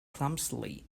clumsily